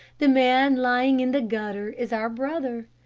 the man lying in the gutter is our brother.